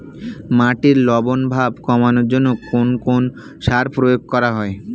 মাটির লবণ ভাব কমানোর জন্য কোন সার প্রয়োগ করা হয়?